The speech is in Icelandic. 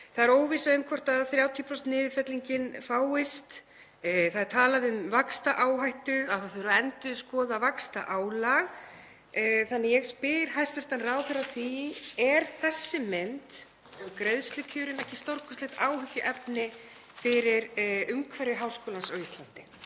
Það er óvissa um hvort 30% niðurfellingin fáist. Það er talað um vaxtaáhættu, að það þurfi að endurskoða vaxtaálag. Þannig að ég spyr hæstv. ráðherra: Er þessi mynd um greiðslukjörin ekki stórkostlegt áhyggjuefni fyrir umhverfi háskólans á Íslandi?